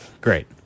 great